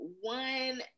one